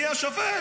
מי השופט?